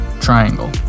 triangle